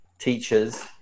teachers